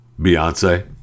Beyonce